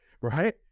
right